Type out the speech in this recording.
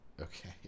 Okay